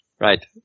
right